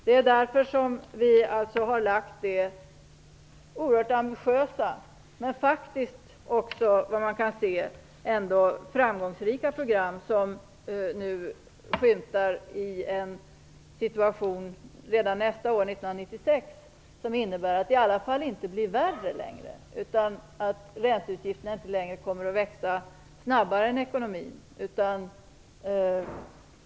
Det är därför som vi lagt fram ett oerhört ambitiöst, och faktiskt även framgångsrikt, program. Den situation som skymtar redan nästa år, 1996, innebär att det i alla fall inte längre blir värre. Ränteutgifterna kommer inte längre att växa snabbare än ekonomin.